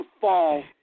Fall